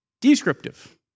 Descriptive